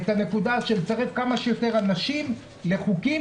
את הנקודה של לצרף כמה שיותר אנשים לחוקים,